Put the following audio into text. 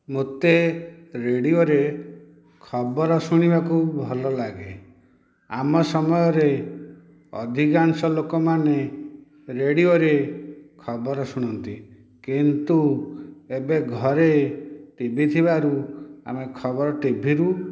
ମୋତେ ରେଡ଼ିଓରେ ଖବର ଶୁଣିବାକୁ ଭଲଲାଗେ ଆମ ସମୟରେ ଅଧିକାଂଶ ଲୋକମାନେ ରେଡ଼ିଓରେ ଖବର ଶୁଣନ୍ତି କିନ୍ତୁ ଏବେ ଘରେ ଟିଭି ଥିବାରୁ ଆମେ ଖବର ଟିଭିରୁ